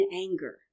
anger